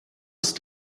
ist